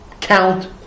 count